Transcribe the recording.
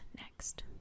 next